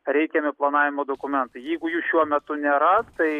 reikiami planavimo dokumentai jeigu jų šiuo metu nėra tai